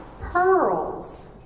Pearls